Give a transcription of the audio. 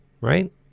Right